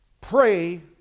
Pray